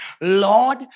Lord